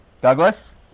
douglas